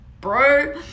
bro